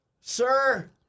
sir